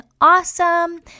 Awesome